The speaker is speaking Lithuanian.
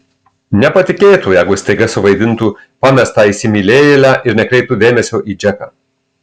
nepatikėtų jeigu staiga suvaidintų pamestą įsimylėjėlę ir nekreiptų dėmesio į džeką